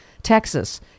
Texas